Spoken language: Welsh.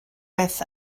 beth